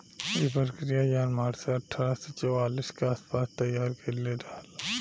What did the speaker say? इ प्रक्रिया John Mercer अठारह सौ चौवालीस के आस पास तईयार कईले रहल